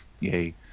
Yay